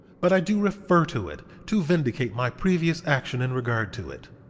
but i do refer to it to vindicate my previous action in regard to it.